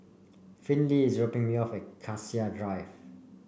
Finley is dropping me off at Cassia Drive